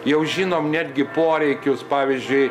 jau žinom netgi poreikius pavyzdžiui